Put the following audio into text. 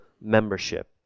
membership